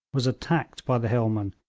was attacked by the hillmen,